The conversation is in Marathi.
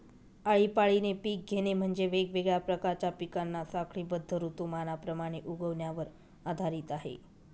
आळीपाळीने पिक घेणे म्हणजे, वेगवेगळ्या प्रकारच्या पिकांना साखळीबद्ध ऋतुमानाप्रमाणे उगवण्यावर आधारित आहे